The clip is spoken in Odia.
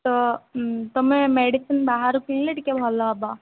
ତ ତମେ ମେଡ଼ିସିନ୍ ବାହାରୁ କିଣିଲେ ଟିକେ ଭଲ ହବ